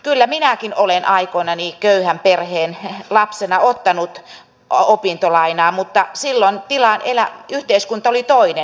kyllä minäkin olen aikoinani köyhän perheen lapsena ottanut opintolainaa mutta silloin yhteiskunta oli toinen